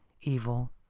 Evil